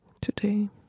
today